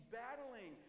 battling